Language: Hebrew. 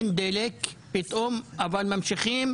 אין דלק פתאום אבל ממשיכים